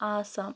Assam